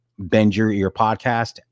BendYourEarPodcast